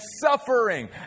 suffering